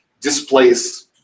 displace